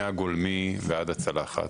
מהגולמי ועד הצלחת.